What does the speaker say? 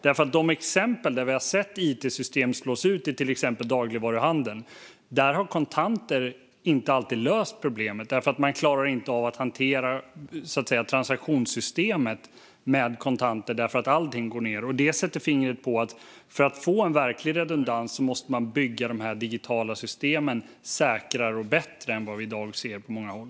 I de exempel som vi har sett på att it-system slås ut i till exempel dagligvaruhandeln har kontanter inte alltid löst problemet för att man inte klarar av att hantera transaktionssystemet med kontanter eftersom allting går ned. Det sätter fingret på att man för att få en verklig redundans måste bygga dessa digitala system säkrare och bättre än vad vi i dag ser på många håll.